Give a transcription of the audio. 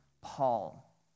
Paul